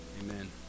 Amen